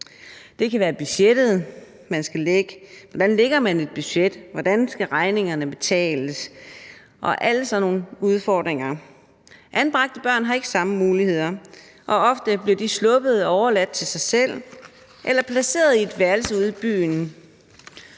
Det kan være budgettet, man skal lægge: Hvordan lægger man et budget? Hvordan skal regningerne betales? Og det er alle sådan nogle udfordringer. Anbragte børn har ikke samme muligheder, og ofte bliver de sluppet og overladt til sig selv eller placeret i et værelse ude i byen.